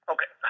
Okay